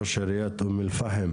ראש עיריית אום אל פחם.